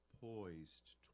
poised